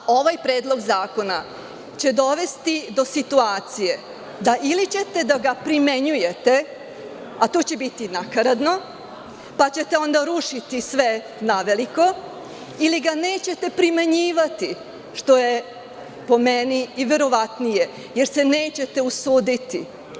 Ovaj predlog zakona će dovesti do situacije da, ili ćete da ga primenjujete, a to će biti nakaradno, pa ćete onda rušiti sve naveliko, ili ga nećete primenjivati, što je po meni verovatnije, jer se nećete usuditi.